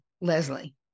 Leslie